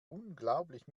unglaublich